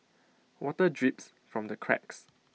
water drips from the cracks